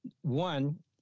one